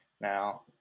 now